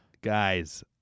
Guys